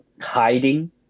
hiding